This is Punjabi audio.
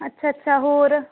ਅੱਛਾ ਅੱਛਾ ਹੋਰ